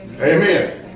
Amen